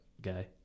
guy